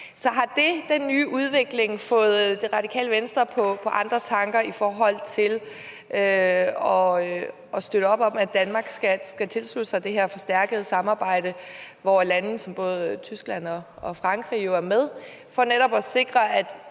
Så har det, den nye udvikling, fået Det Radikale Venstre på andre tanker i forhold til at støtte op om, at Danmark skal tilslutte sig det her forstærkede samarbejde, hvor lande som både Tyskland og Frankrig er med, for netop at sikre,